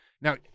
Now